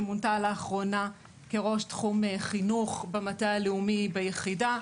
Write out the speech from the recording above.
שמונתה לאחרונה כראש תחום חינוך במטה הלאומי ביחידה.